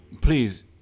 Please